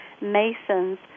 masons